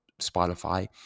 Spotify